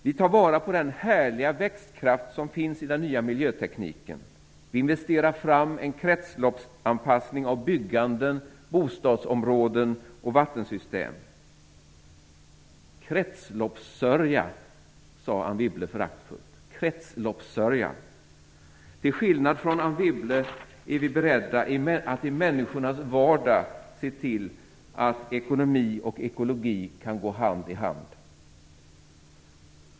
Vi tar vara på den härliga växtkraft som finns i den nya miljötekniken. Vi investerar fram en kretsloppsanpassning av byggande, bostadsområden och vattensystem. Kretsloppssörja, sade Anne Wibble föraktfullt. Till skillnad från Anne Wibble är vi beredda att i människornas vardag se till att ekonomi och ekologi kan gå hand i hand.